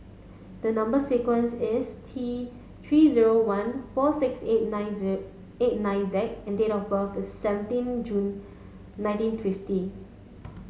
the number sequence is T three zero one four six eight nine Z eight nine Z and date of birth is seventeen June nineteen fifty